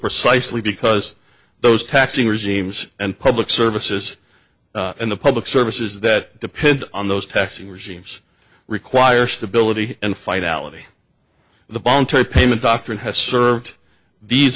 precisely because those taxing regimes and public services and the public services that depend on those taxing regimes require stability and fight ality the voluntary payment doctrine has served these